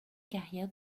carrière